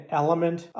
element